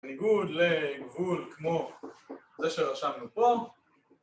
ניגוד לגבול כמו זה שרשמנו פה